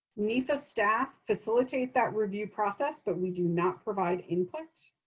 nefa staff facilitate that review process, but we do not provide input.